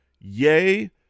yay